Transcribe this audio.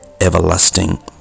everlasting